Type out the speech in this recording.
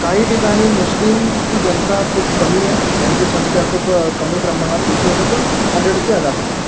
काही ठिकाणी मुस्लिमची जनता खूप कमी आहे यांची संख्या खूप कमी प्रमाणात दिसून येतं पण आढळते जास्त